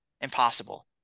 Impossible